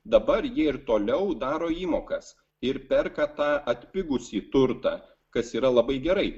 dabar jie ir toliau daro įmokas ir perka tą atpigusį turtą kas yra labai gerai